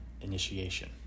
initiation